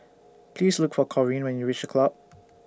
Please Look For Corine when YOU REACH The Club